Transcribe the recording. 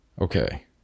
okay